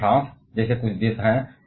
लेकिन फ्रांस जैसे कुछ देश हैं